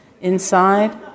inside